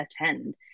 attend